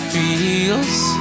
feels